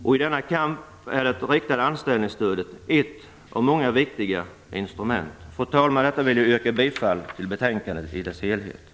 I denna kamp är det riktade anställningsstödet ett av många viktiga instrument. Fru talman! Med detta vill jag yrka bifall till hemställan i betänkandet i dess helhet.